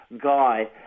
guy